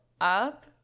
up